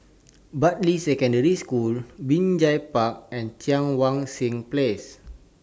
Bartley Secondary School Binjai Park and Cheang Wan Seng Place